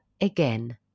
again